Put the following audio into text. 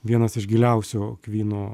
vienas iš giliausių kvynų